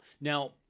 Now